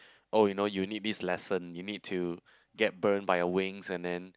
oh you know you need this lesson you need to get burned by your wings and then